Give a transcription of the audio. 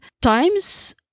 times